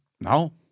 No